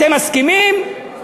אתם מסכימים?